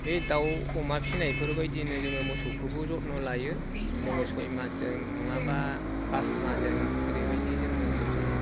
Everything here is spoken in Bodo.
बे दाउ अमा फिनायफोरबायदिनो जोङो मोसौखौबो जथ्न लायो जोङो सयमास जों नङाब्ला फास माह जों ओरैबायदि जों मोनसे